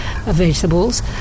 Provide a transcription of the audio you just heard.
vegetables